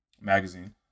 magazine